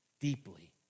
deeply